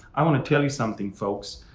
i want to tell you something folks.